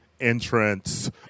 entrance